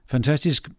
Fantastisk